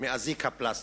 מאזיק הפלסטיק,